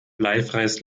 bleifreies